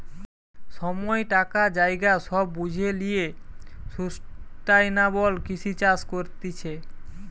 সময়, টাকা, জায়গা সব বুঝে লিয়ে সুস্টাইনাবল কৃষি চাষ করতিছে